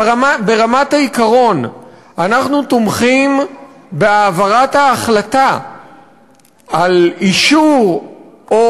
ברמת העיקרון אנחנו תומכים בהעברת ההחלטה על אישור או